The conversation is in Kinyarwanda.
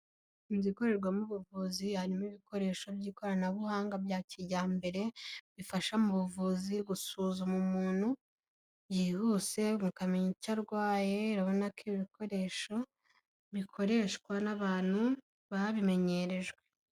Inzu inkorerwamo ubuvuzi harimo ibikoresho by'ikoranabuhanga bya kijyambere bifasha mu buvuzi gusuzuma umuntu, byihuse mukamenya icyo arwaye urabona ko ibi bikoresho bikoreshwa n'abantu babimenyerejwe.